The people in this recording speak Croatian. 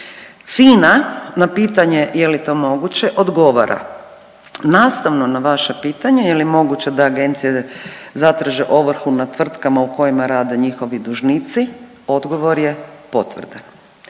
FINA na pitanje je li to moguće odgovara. Nastavno na vaše pitanje je li moguće da agencije zatraže ovrhu na tvrtkama u kojima rade njihovi dužnici odgovor je potvrdan.